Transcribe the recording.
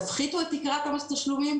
תפחיתו את תקרת התשלומים,